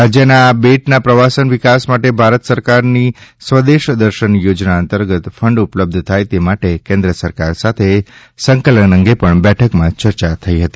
રાજ્યના આ બેટના પ્રવાસન વિકાસ માટે ભારત સરકારની સ્વદેશ દર્શન યોજના અંતર્ગત ફંડ ઉપલબ્ધ થાય તે માટે કેન્દ્ર સરકાર સાથે સંકલન અંગે પણ બેઠકમાં ચર્ચાઓ થઇ હતી